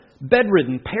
bedridden